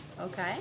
Okay